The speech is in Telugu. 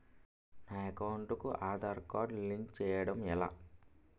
నా అకౌంట్ కు ఆధార్ కార్డ్ లింక్ చేయడం ఎలా?